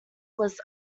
was